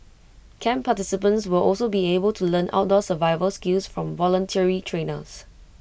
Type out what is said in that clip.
camp participants will also be able to learn outdoor survival skills from voluntary trainers